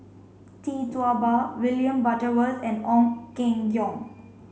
Tee Tua Ba William Butterworth and Ong Keng Yong